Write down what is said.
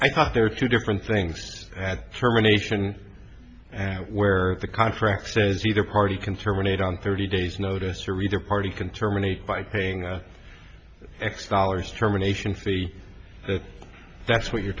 thought there are two different things at terminations and where the contract says either party can terminate on thirty days notice or either party can terminate by paying x dollars terminations the that's what you're